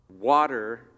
water